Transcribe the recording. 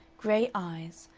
gray eyes,